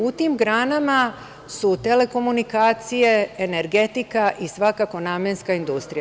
U tim granama su telekomunikacijama, energetika i svakako namenska industrija.